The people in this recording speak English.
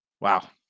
Wow